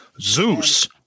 Zeus